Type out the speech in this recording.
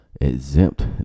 exempt